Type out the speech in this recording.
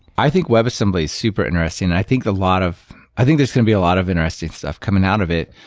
i think webassembly is super interesting, and i think a lot of i think there's going to be a lot of interesting stuff coming out of it.